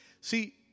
See